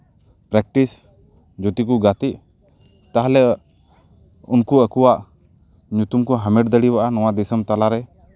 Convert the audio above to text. practice ᱡᱩᱫᱤ ᱠᱚ ᱜᱟᱛᱮᱜ ᱛᱟᱦᱞᱮ ᱩᱱᱠᱩ ᱟᱠᱚᱣᱟᱜ ᱧᱩᱛᱩᱢ ᱠᱚ ᱦᱟᱢᱮᱴ ᱫᱟᱲᱮᱭᱟᱜᱼᱟ ᱱᱚᱣᱟ ᱫᱤᱥᱚᱢ ᱛᱟᱞᱟᱨᱮ